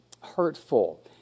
hurtful